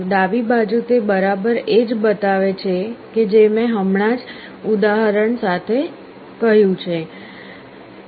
ડાબી બાજુ તે બરાબર એ જ બતાવે છે કે જે મેં હમણાં જ ઉદાહરણ સાથે કહ્યું છે